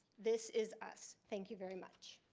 this is us, thank you very much.